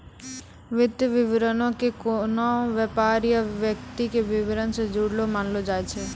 वित्तीय विवरणो के कोनो व्यापार या व्यक्ति के विबरण से जुड़लो मानलो जाय छै